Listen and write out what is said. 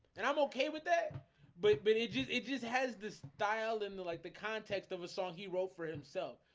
and i'm okay with that but but it just it just has this dial in like the context of a song he wrote for himself.